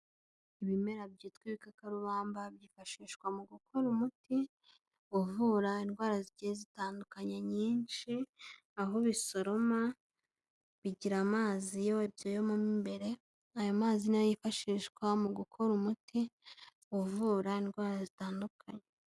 Ibimera byitwa ibikarubamba byifashishwa mu gukora umuti, uvura indwara zigiye zitandukanye nyinshi, aho ubisoroma bigira amazi iyo bigiyemo mo imbere, ayo mazi ni nayo yifashishwa mu gukora umuti uvura indwara zitandukanye.